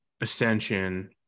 Ascension